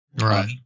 Right